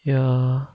ya